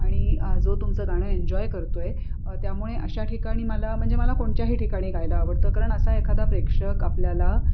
आणि जो तुमचं गाणं एन्जॉय करतो आहे त्यामुळे अशा ठिकाणी मला म्हणजे मला कोणत्याही ठिकाणी गायला आवडतं कारण असा एखादा प्रेक्षक आपल्याला